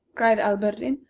cried alberdin.